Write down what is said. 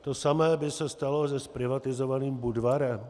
To samé by se stalo se zprivatizovaným Budvarem.